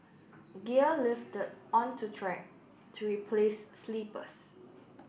gear lifted unto track to replace sleepers